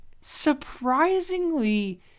surprisingly